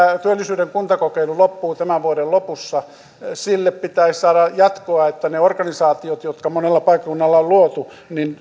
työllisyyden kuntakokeilu loppuu tämän vuoden lopussa sille pitäisi saada jatkoa niin että ne organisaatiot jotka monelle paikkakunnalle on luotu